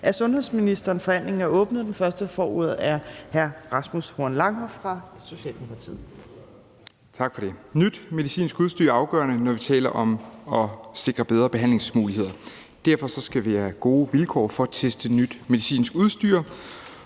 Langhoff fra Socialdemokratiet. Kl. 15:23 (Ordfører) Rasmus Horn Langhoff (S): Tak for det. Nyt medicinsk udstyr er afgørende, når vi taler om at sikre bedre behandlingsmuligheder, og derfor skal vi have gode vilkår for at teste nyt medicinsk udstyr,